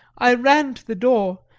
i ran to the door,